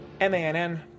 m-a-n-n